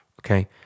okay